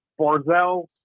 Barzell